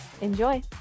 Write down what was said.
Enjoy